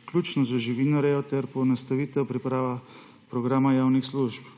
vključno z živinorejo, ter poenostavitev priprave programa javnih služb.